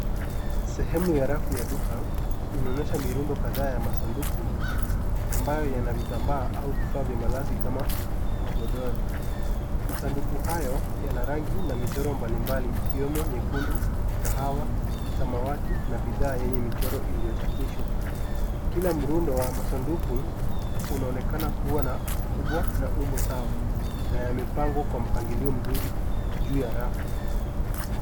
Sehemu ya rafu ya duka inaonyesha mirundo kadhaa ya masanduku ambayo yana vitambaa au vifaa vya malazi kama magodoro. Masanduku hayo yana rangi na michoro mbalimbali ikiwemo nyekundu, kahawa, samawati na bidhaa enye michoro iliyochapiishwa. Kila mrundo wa masanduku unaonekana kuwa na ukubwa na umuhimu sana na yamepangwa kwa mpangilio mzuri juu ya rafu.